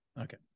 okay